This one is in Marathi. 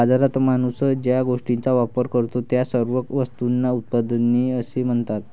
बाजारात माणूस ज्या गोष्टींचा वापर करतो, त्या सर्व वस्तूंना उत्पादने असे म्हणतात